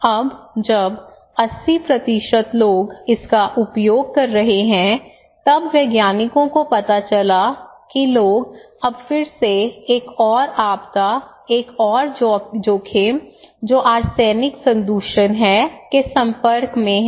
अब जब 80 लोग इसका उपयोग कर रहे हैं तब वैज्ञानिकों को पता चला कि लोग अब फिर से एक और आपदा एक और जोखिम जो आर्सेनिक संदूषण है के संपर्क में हैं